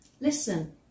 Listen